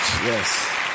Yes